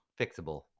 fixable